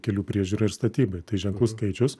kelių priežiūrai ir statybai tai ženklus skaičius